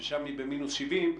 ששם היא במינוס 70,